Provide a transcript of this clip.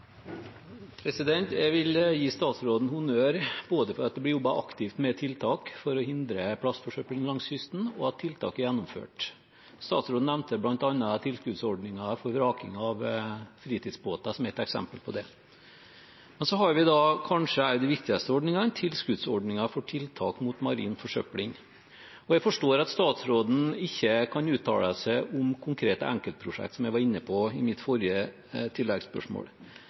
aktivt med tiltak for å hindre plastforsøpling langs kysten, og for at tiltak er gjennomført. Statsråden nevnte bl.a. tilskuddsordningen for vraking av fritidsbåter som ett eksempel på det. Så har vi kanskje en av de viktigste ordningene, tilskuddsordningen for tiltak mot marin forsøpling. Jeg forstår at statsråden ikke kan uttale seg om konkrete enkeltprosjekt som jeg var inne på i mitt forrige